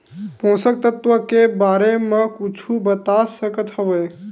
पोषक तत्व के बारे मा कुछु बता सकत हवय?